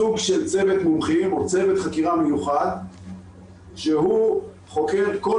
סוג של צוות מומחים או צוות חקירה מיוחד שהוא חוקר כל